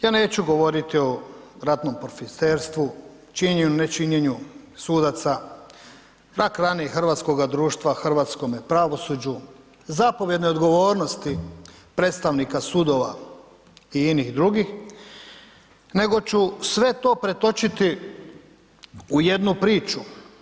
Ja neću govoriti o ratnom profiterstvu, činjenju, nečinjenju sudaca, rak rani hrvatskoga društva hrvatskome pravosuđu, zapovjednoj odgovornosti predstavnika sudova i inih drugih nego ću sve to pretočiti u jednu priču.